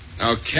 Okay